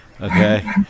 okay